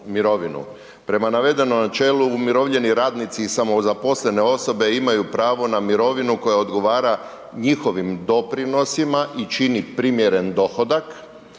Prema navedenom načelu umirovljeni radnici i samozaposlene osobe imaju pravo na mirovinu koja odgovara njihovim doprinosima i čini primjeren dohodak,